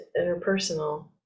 interpersonal